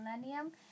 millennium